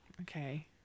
Okay